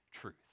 truth